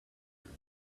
your